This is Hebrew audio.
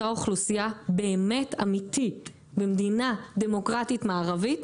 אותה אוכלוסייה באמת אמיתי במדינה דמוקרטית-מערבית,